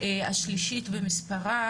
השלישית במספר,